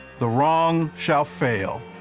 the wrong shall fail,